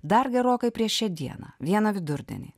dar gerokai prieš dieną vieną vidurdienį